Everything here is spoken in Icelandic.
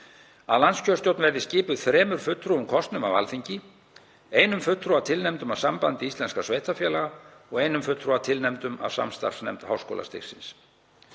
að landskjörstjórn verði skipuð þremur fulltrúum kosnum af Alþingi, einum fulltrúa tilnefndum af Sambandi íslenskra sveitarfélaga og einum fulltrúa tilnefndum af samstarfsnefnd háskólastigsins.